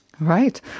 Right